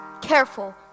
Careful